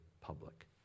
public